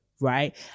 right